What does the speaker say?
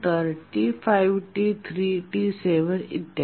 नंतर T5 T3T7 इ